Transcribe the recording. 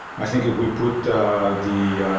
i think if we put the